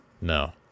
No